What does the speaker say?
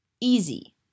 easy